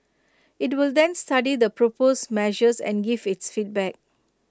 IT will then study the proposed measures and give its feedback